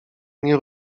nie